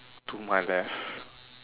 to my left